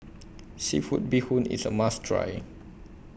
Seafood Bee Hoon IS A must Try